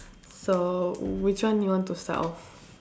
so which one you want to start off